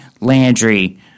landry